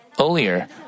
earlier